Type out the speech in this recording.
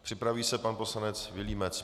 Připraví se pan poslanec Vilímec.